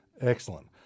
Excellent